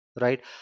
right